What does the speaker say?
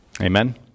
Amen